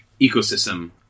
ecosystem